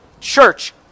church